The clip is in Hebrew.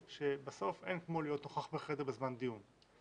שבסוף אין כמו להיות נוכח בחדר בזמן דיון.